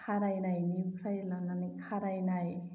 खारायनायनिफ्राय लानानै खारायनाय